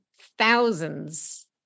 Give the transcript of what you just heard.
thousands